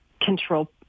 control